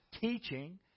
teaching